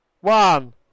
One